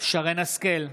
שרן מרים השכל,